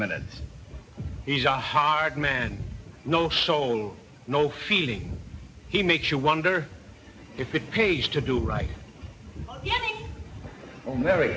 minutes he's a hard man no soul no feeling he makes you wonder if it pays to do right